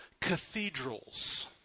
cathedrals